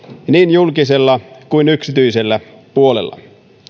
niin julkisella kuin yksityisellä puolella